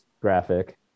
graphic